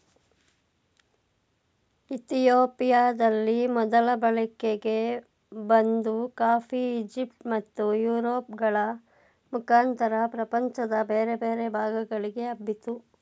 ಇತಿಯೋಪಿಯದಲ್ಲಿ ಮೊದಲು ಬಳಕೆಗೆ ಬಂದ ಕಾಫಿ ಈಜಿಪ್ಟ್ ಮತ್ತು ಯುರೋಪ್ ಗಳ ಮುಖಾಂತರ ಪ್ರಪಂಚದ ಬೇರೆ ಬೇರೆ ಭಾಗಗಳಿಗೆ ಹಬ್ಬಿತು